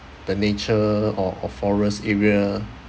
the nature or or forest area